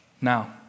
Now